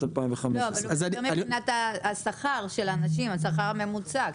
2015. זה לגבי השכר הממוצע של האנשים.